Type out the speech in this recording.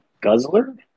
guzzler